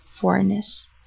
foreignness